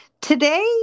Today